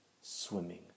swimming